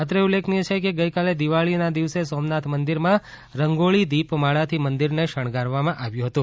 અત્રે ઉલ્લેખનીય છે કે ગઇકાલે દિવાળીના દિવસે સોમનાથ મંદિરમાં રંગોળી દિપમાળાથી મંદિરને શણગારવામાં આવ્યું હતું